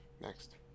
next